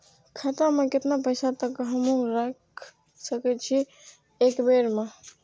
खाता में केतना पैसा तक हमू रख सकी छी एक बेर में?